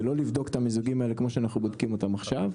ולא לבדוק את המיזוגים האלה כמו שאנחנו בודקים עכשיו.